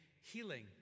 healing